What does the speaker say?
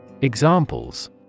Examples